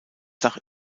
dach